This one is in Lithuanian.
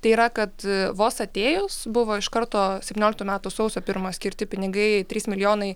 tai yra kad vos atėjus buvo iš karto septynioliktų metų sausio pirmą skirti pinigai trys milijonai